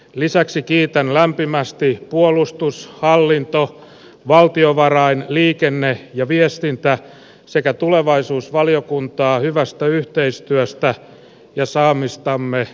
lisäksi kiitän lämpimästi puolustus hallinto valtiovarain liikenne ja viestintä sekä tulevaisuusvaliokuntaa hyvästä yhteistyöstä ja saamistamme lausunnoista